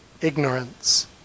ignorance